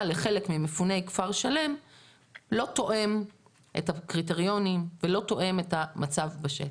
לחלק ממפוני כפר שלם לא תואם את הקריטריונים ולא תואם את המצב בשטח.